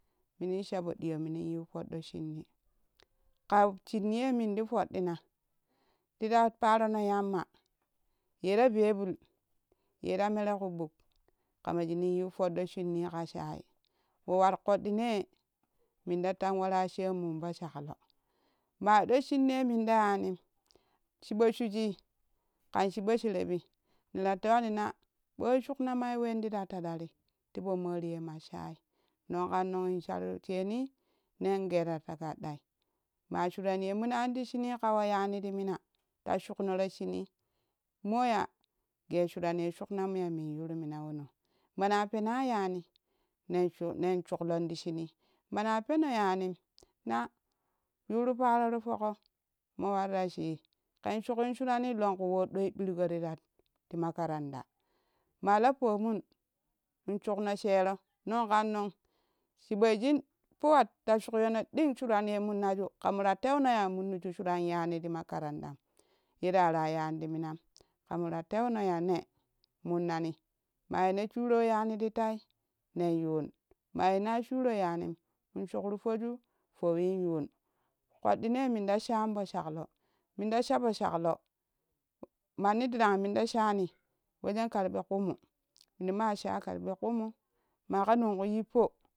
Minin sha poo ɗiyo minin yu podɗo shinri ƙa shiinki ye minti poɗɗina tira parono yamma ye ra bible yera mere ku ɓuk ƙa mashunii yuu foddo shunnyi ka shai we war ƙodɗine minta tang wara shemun po shaklo ma ɗo shunni ye minta yanin chibo shujil ƙan chibo sherebi nera tewani na ɓoi shuk na mai wan ti ta taɗari tipo mori ye ma shai nong ƙan nong in sharu sheni nen gera takadɗai ma shuran ye mina to shuni ƙawe yani ti mina ta shukmo ta shunii moo yaa ge shuran ye shukmamu yamu yi ri mina wono mana pena yani nen shuk nen shuklendi shunii mana peno yanim naa yuru paro ti toƙo mo waru ra shii ƙan shukin shuranii lon ku wo ɗoi birgo tira ti makarande ma laa pomun in shukno shero nong kan nong chiboi shin fuwat ta shuk yono ɗing shuran ye muna ju ƙamota teuno ya mun nuju shuran yani ti makaratam ye rara yaniti minam kamora teume ya nee munnani mayene shuro yani ti tai nen yun ma yena shuro yanim in shuki ti tooju fowi n yun ƙodɗine minta shan po shaklo minta shapo shaklo manni darahi minta shani wejan karfe kpomu min ma sha ƙarɓe kpomu maƙa non ku yippo